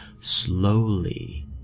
slowly